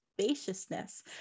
spaciousness